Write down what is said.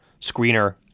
screener